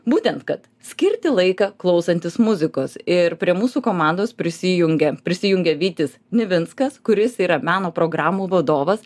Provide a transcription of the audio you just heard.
būtent kad skirti laiką klausantis muzikos ir prie mūsų komandos prisijungia prisijungia vytis nivinskas kuris yra meno programų vadovas